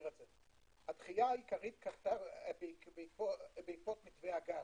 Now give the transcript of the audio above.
הדחייה העיקרית קרתה בעקבות מתווה הגז.